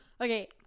Okay